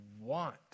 want